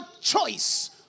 choice